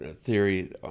theory